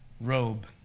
robe